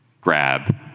grab